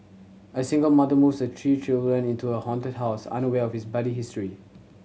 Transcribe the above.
a single mother moves her three children into a haunted house unaware of its bloody history